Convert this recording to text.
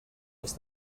els